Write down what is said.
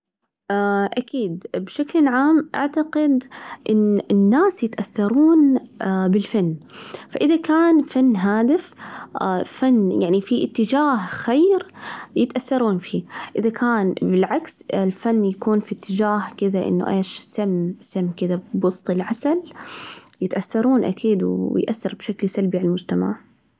أكيد بشكل عام أعتقد إن الناس يتأثرون بالفن، فإذا كان فن هادف، فن يعني في إتجاه خير يتأثرون فيه، إذا كان بالعكس الفن يكون في إتجاه كذا إنه إيش، سم سم كذا بوسط العسل، يتأثرون أكيد ويؤثر بشكل سلبي على المجتمع.